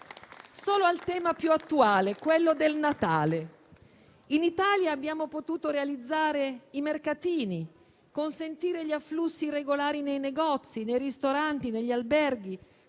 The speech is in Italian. solo al tema più attuale, quello del Natale. In Italia abbiamo potuto realizzare i mercatini, consentire gli afflussi regolari nei negozi, nei ristoranti, negli alberghi,